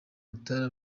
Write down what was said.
mutara